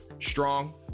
Strong